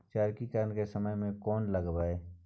चक्रीकरन के समय में कोन लगबै?